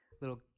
little